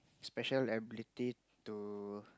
special ability to